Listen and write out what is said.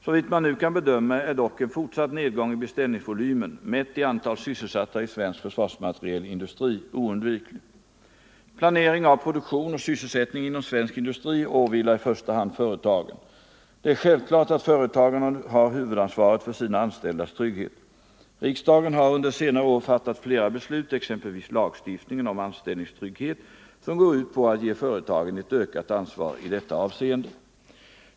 Såvitt man nu kan bedöma är dock en fortsatt nedgång i beställningsvolymen, mätt i antal sysselsatta i svensk försvarsmaterielindustri, oundviklig. Planering av produktion och sysselsättning inom svensk industri åvilar i första hand företagen. Det är självklart att företagen har huvudansvaret för sina anställdas trygghet. Riksdagen har under senare år fattat flera beslut — exempelvis lagstiftningen om anställningstrygghet — som går ut på att ge företagen ett ökat ansvar i detta avseende.